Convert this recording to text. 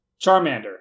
Charmander